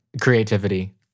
Creativity